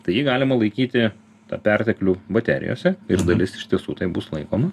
tai jį galima laikyti tą perteklių baterijose ir dalis iš tiesų taip bus laikoma